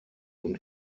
und